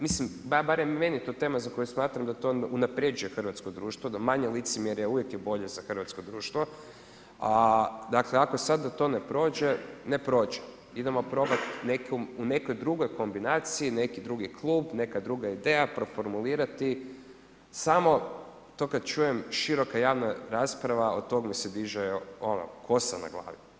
Mislim barem meni je to tema za koju smatram da to unaprjeđuje hrvatsko društvo, da male licemjerja, uvijek je bilje za hrvatsko društvo, a dakle, ako sada to ne prođe ne prođe, idemo probati u nekoj drugoj kombinaciji, neki drugi klub, neka druga ideja, proformulirati, samo to kada čujem široko javna rasprava, od tog mi se diže kosa na glavi.